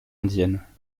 indienne